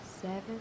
seven